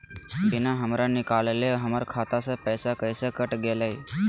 बिना हमरा निकालले, हमर खाता से पैसा कैसे कट गेलई?